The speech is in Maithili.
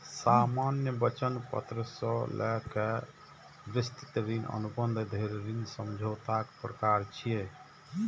सामान्य वचन पत्र सं लए कए विस्तृत ऋण अनुबंध धरि ऋण समझौताक प्रकार छियै